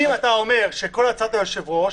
אם אתה אומר שזאת כל הצעת היושב-ראש,